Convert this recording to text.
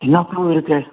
என்ன பூ இருக்கு